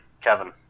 Kevin